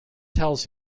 tells